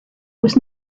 was